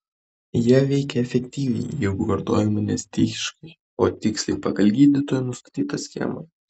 jie veikia efektyviai jeigu vartojami ne stichiškai o tiksliai pagal gydytojo nustatytą schemą